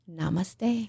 Namaste